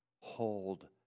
hold